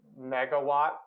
megawatt